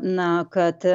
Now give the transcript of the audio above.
na kad